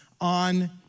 on